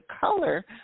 color